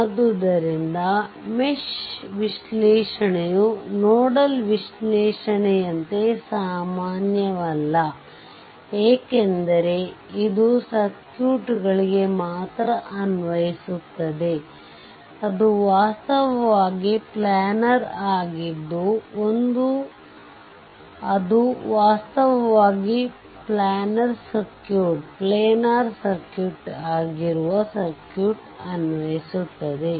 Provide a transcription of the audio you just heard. ಆದ್ದರಿಂದ ಮೆಶ್ ವಿಶ್ಲೇಷಣೆಯು ನೋಡಲ್ ವಿಶ್ಲೇಷಣೆಯಂತೆ ಸಾಮಾನ್ಯವಲ್ಲ ಏಕೆಂದರೆ ಇದು ಸರ್ಕ್ಯೂಟ್ಗಳಿಗೆ ಮಾತ್ರ ಅನ್ವಯಿಸುತ್ತದೆ ಅದು ವಾಸ್ತವವಾಗಿ ಪ್ಲ್ಯಾನರ್ ಆಗಿದ್ದು ಅದು ವಾಸ್ತವವಾಗಿ ಪ್ಲ್ಯಾನರ್ ಸರ್ಕ್ಯೂಟ್ ಆಗಿರುವ ಸರ್ಕ್ಯೂಟ್ಗೆ ಅನ್ವಯಿಸುತ್ತದೆ